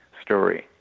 story